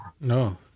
No